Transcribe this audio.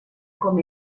com